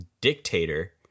dictator